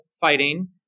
fighting